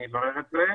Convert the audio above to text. אני אברר את זה.